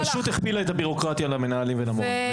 היא פשוט הכפילה את הבירוקרטיה למנהלים ולמורים.